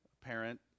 parent